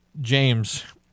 James